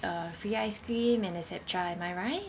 a free ice cream and et cetera am I right